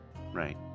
Right